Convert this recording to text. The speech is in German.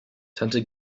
tante